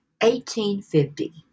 1850